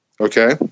Okay